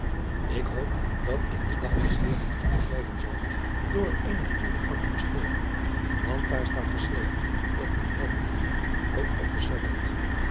ik hoop dat ik den dag des heeren niet ontwijden zal door er eenige uren aan te besteden want daar staat geschreven dat men wel moet doen ook op den sabbath